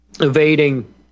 evading